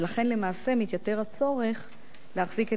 ולכן למעשה מתייתר הצורך להחזיק את